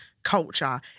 culture